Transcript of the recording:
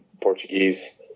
Portuguese